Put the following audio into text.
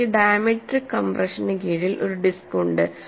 എനിക്ക് ഡയമെട്രിക് കംപ്രഷന് കീഴിൽ ഒരു ഡിസ്ക് ഉണ്ട്